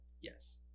Yes